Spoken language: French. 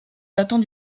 datant